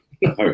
No